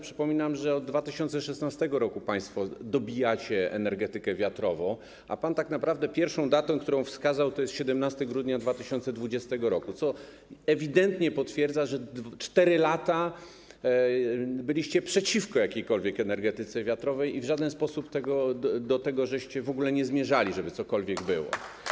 Przypominam, że od 2016 r. państwo dobijacie energetykę wiatrową, a tak naprawdę pierwszą datą, którą pan wskazał, jest 17 grudnia 2020 r., co ewidentnie potwierdza, że 4 lata byliście przeciwko jakiejkolwiek energetyce wiatrowej i w żaden sposób do tego w ogóle nie zmierzaliście, żeby cokolwiek było.